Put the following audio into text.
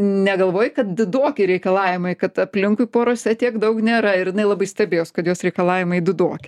negalvoji kad didoki reikalavimai kad aplinkui porose tiek daug nėra ir jinai labai stebėjos kad jos reikalavimai didoki